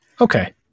Okay